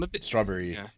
strawberry